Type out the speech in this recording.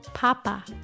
Papa